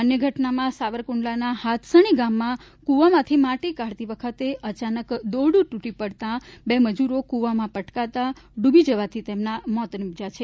અન્ય ઘટનામાં સાવરકુંડલાના હાથસણી ગામમાં કુવામાંથી માટી કાઢતી વખતે અચાનક દોરડું તૂટતા બે મજૂરો કુવામાં પટકાતા ડૂબી જવાથી તેમના મોત નિપજ્યા છે